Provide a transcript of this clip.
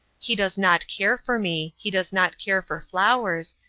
he does not care for me, he does not care for flowers,